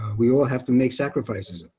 we all have to make sacrifices.